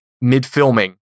mid-filming